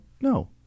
No